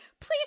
please